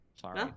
sorry